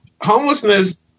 Homelessness